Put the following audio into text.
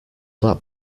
that